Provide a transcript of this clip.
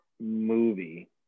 movie